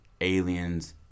Aliens